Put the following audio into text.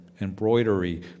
embroidery